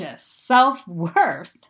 self-worth